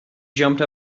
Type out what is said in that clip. jumped